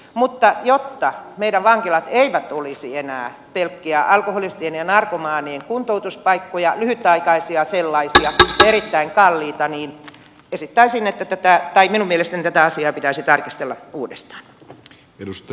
mutta jotta meidän vankilat eivät olisi enää pelkkiä alkoholistien ja narkomaanien kuntoutuspaikkoja lyhytaikaisia sellaisia ja erittäin kalliita niin minun mielestäni tätä asiaa pitäisi tarkistella uudestaan